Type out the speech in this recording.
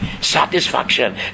Satisfaction